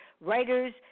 writers